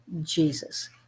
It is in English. Jesus